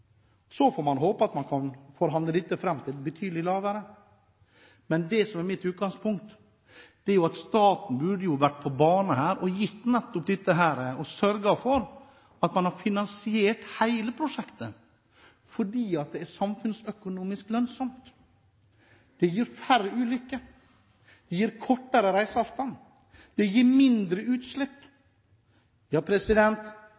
Så får man håpe at man kan forhandle fram dette tallet til å bli betydelig lavere. Men det som er mitt utgangspunkt, er at staten burde vært på banen og sørget for at man hadde fått finansiert hele prosjektet – fordi det er samfunnsøkonomisk lønnsomt. Det gir færre ulykker. Det gir kortere reiseavstand. Det gir mindre utslipp.